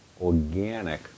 organic